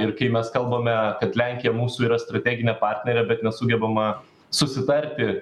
ir kai mes kalbame kad lenkija mūsų yra strateginė partnerė bet nesugebama susitarti